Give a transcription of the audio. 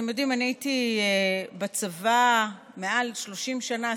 אתם יודעים, הייתי בצבא יותר מ-30 שנה.